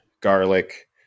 garlic